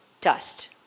dust